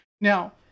Now